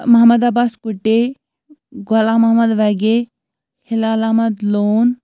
Mohammad Abbas Kuttay Ghulam Mohammad Wagay Hilal Ahmad لون